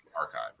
archive